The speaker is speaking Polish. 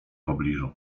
pobliżu